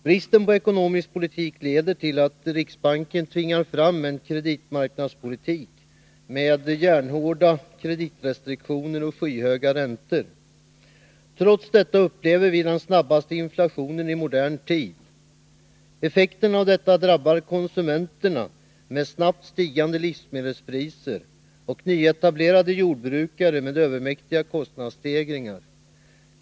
Bristen på ekonomisk politik leder till att riksbanken tvingar fram en kreditmarknadspolitik med järnhårda kreditrestriktioner och skyhöga räntor. Trots detta upplever vi den snabbaste inflationen i modern tid. Effekterna av detta drabbar konsumenterna med snabbt stigande livsmedelspriser och nyetablerade jordbrukare med övermäktiga kostnadsstegringar.